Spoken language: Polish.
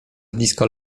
blisko